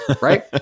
right